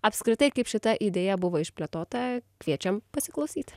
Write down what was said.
apskritai kaip šita idėja buvo išplėtota kviečiam pasiklausyti